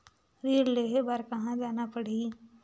ऋण लेहे बार कहा जाना पड़ही?